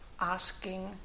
asking